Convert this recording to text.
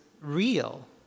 real